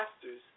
pastors